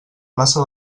plaça